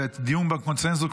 זה דיון בקונסנזוס,